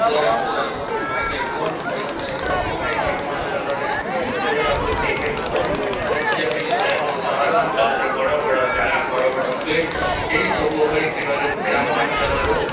ଖେଲାସିଲା ସବୁ ଟିକେ କମ୍ ହୋଇଥାଏ ସେଥିପାଇଁ ଗ୍ରାମ ଅଞ୍ଚଲରେ ଖେଲିବାକୁ ଟିକେ କମ୍ ସାହାଯ୍ୟ ମିଲିଥାଏ ଓ ସହରାଞ୍ଚଳରେ ବଡ଼ ବଡ଼ ଜାଗା ବଡ଼ ବଡ଼ ଫିଲ୍ଡ ଏହିସବୁ ହୋଇଥିବାରୁ ଗ୍ରାମ ଅଞ୍ଚଳରୁ